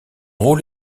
rôle